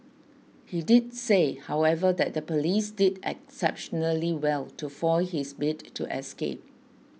he did say however that the police did exceptionally well to foil his bid to escape